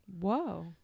Whoa